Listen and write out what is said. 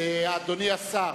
אדוני השר,